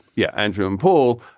yeah, andrew and paul,